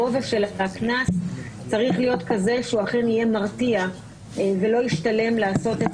גובה הקנס צריך להיות כזה שהוא אכן יהיה מרתיע ולא ישתלם לעבור את